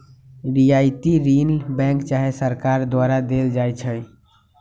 रियायती ऋण बैंक चाहे सरकार द्वारा देल जाइ छइ